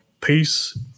peace